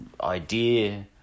idea